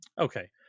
Okay